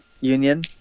Union